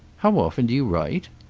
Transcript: how often do you write?